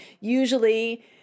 usually